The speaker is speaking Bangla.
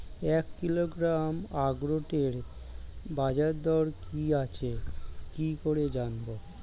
এক কিলোগ্রাম আখরোটের বাজারদর কি আছে কি করে জানবো?